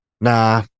nah